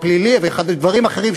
פלילי ודברים אחרים,